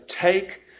take